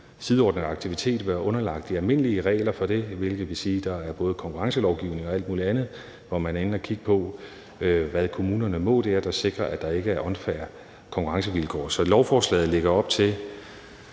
sideordnet aktivitet, være underlagt de almindelige regler for det, hvilket vil sige, at der både er konkurrencelovgivning og alt muligt andet, hvor man er inde og kigge på, hvad kommunerne må. Det sikrer, at der ikke er unfair konkurrencevilkår. Så lovforslaget lægger op til